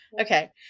Okay